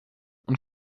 und